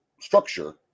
structure